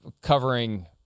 covering